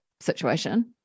situation